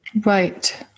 Right